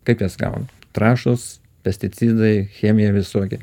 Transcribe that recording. kaip jas gavom trąšos pesticidai chemija visokia